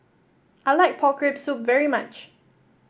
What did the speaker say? I like Pork Rib Soup very much